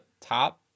top